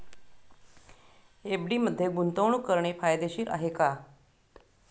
FD मध्ये गुंतवणूक करणे फायदेशीर आहे का?